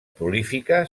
prolífica